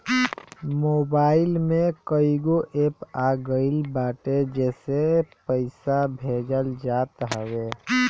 mobile में कईगो app आ गईल बाटे जेसे पईसा भेजल जात हवे